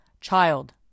Child